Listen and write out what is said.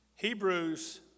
Hebrews